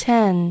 Ten